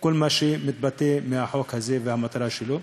כל מה שמתבטא בחוק הזה ובמטרה שלו.